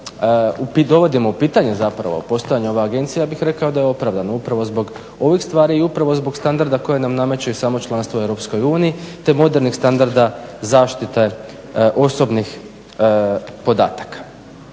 dovodimo u pitanje zapravo postojanje ove Agencije ja bih rekao da je opravdano upravo zbog ovih stvari i upravo zbog standarda koje nam nameće i samo članstvo u EU, te modernih standarda zaštite osobnih podataka.